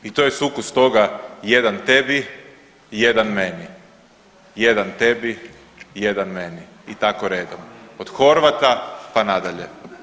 I to je sukus toga jedan tebi, jedan meni, jedan tebi, jedan meni i tako radom od Horvata pa na dalje.